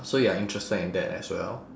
so you are interested in that as well